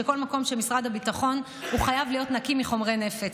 שכל מקום של משרד הביטחון חייב להיות נקי מחומרי נפץ,